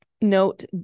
note